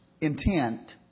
intent